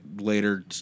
later